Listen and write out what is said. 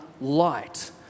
light